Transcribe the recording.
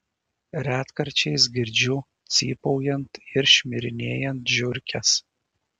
retkarčiais girdžiu cypaujant ir šmirinėjant žiurkes